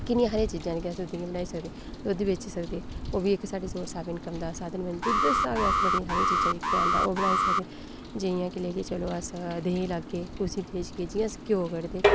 किन्नियां हारियां चीजां जेह्कियां अस नुहाड़ियां बनाई सकदे दुद्ध बेची सकदे ओह्बी साढ़ी इक सोर्स ऑफ इनकम दा साधन बनी सकदा दुद्ध आस्तै अगर आक्खो तां बड़ियां सारियां चीजां हैन जेह्ड़ियां अस बनाई सकदे जि'यां कि लेइयै चलो कि अस देहीं लाह्गे ते उसी बेचगे जि'यां कि अस घ्योऽ कढगे